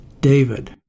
David